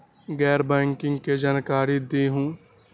गैर बैंकिंग के जानकारी दिहूँ?